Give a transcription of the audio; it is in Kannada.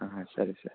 ಹಾಂ ಸರಿ ಸರ್